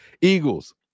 Eagles